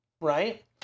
Right